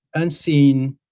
unseen,